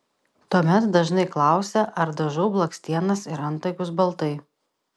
tuomet dažnai klausia ar dažau blakstienas ir antakius baltai